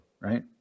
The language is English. right